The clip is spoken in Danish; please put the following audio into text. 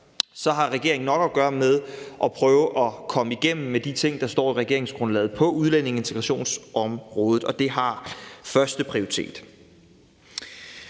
har regeringen nok at gøre med at prøve at komme igennem med de ting, der står i regeringsgrundlaget på udlændinge- og integrationsområdet, og det har førsteprioritet.